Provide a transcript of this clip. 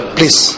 Please